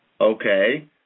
Okay